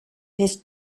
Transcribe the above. his